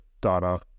data